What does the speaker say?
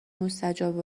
مستجاب